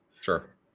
Sure